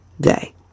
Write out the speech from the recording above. day